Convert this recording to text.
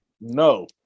No